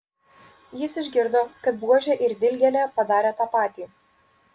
jis išgirdo kad buožė ir dilgėlė padarė tą patį